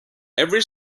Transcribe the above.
every